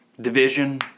division